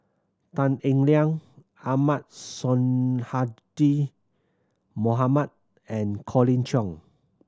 Tan Eng Liang Ahmad Sonhadji Mohamad and Colin Cheong